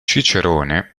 cicerone